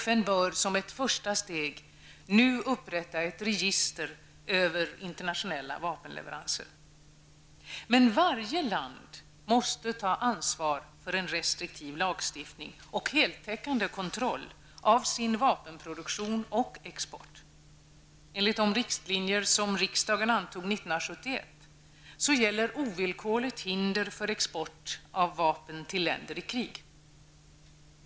FN bör som ett första steg nu upprätta ett register över internationella vapenleveranser. Men varje land måste ta ansvar för en restriktiv lagstiftning och heltäckande kontroll av sin vapenproduktion och export. Enligt de riktlinjer som riksdagen antog 1971 gäller ovillkorligt hinder för export av vapen till länder i krig.